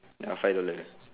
ya five dollar